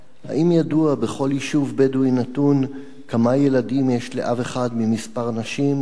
3. האם ידוע בכל יישוב בדואי נתון כמה ילדים יש לאב אחד מכמה נשים,